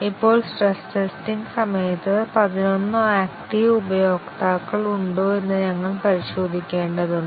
ഇപ്പോൾ stress testing സമയത്ത് പതിനൊന്ന് ആക്ടിവ് ഉപയോക്താക്കൾ ഉണ്ടോ എന്ന് ഞങ്ങൾ പരിശോധിക്കേണ്ടതുണ്ട്